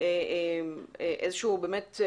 איזשהו באמת...